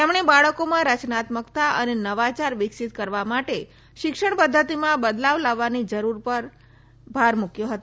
તેમણે બાળકોમાં રચનાત્મકતા અને નવાચાર વિકસિત કરવા માટે શિક્ષણ પદ્ધતિમાં બદલાવ લાવવાની જરૂર પર ભાર મૂક્યો હતો